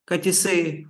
kad jisai